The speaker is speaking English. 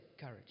Courage